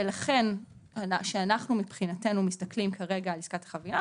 ולכן כשאנחנו מבחינתנו מסתכלים על עסקת החבילה,